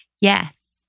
Yes